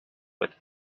but